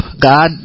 God